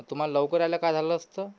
तुम्हाला लवकर यायला काय झालं असतं